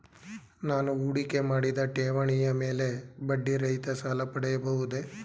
ನಾನು ಹೂಡಿಕೆ ಮಾಡಿದ ಠೇವಣಿಯ ಮೇಲೆ ಬಡ್ಡಿ ರಹಿತ ಸಾಲ ಪಡೆಯಬಹುದೇ?